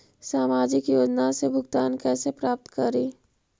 सामाजिक योजना से भुगतान कैसे प्राप्त करी?